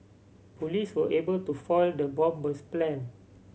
police were able to foil the bomber's plan